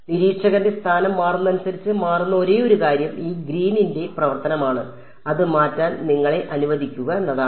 നിരീക്ഷകന്റെ സ്ഥാനം മാറുന്നതിനനുസരിച്ച് മാറുന്ന ഒരേയൊരു കാര്യം ഈ ഗ്രീനിന്റെ പ്രവർത്തനമാണ് അത് മാറ്റാൻ നിങ്ങളെ അനുവദിക്കുക എന്നതാണ്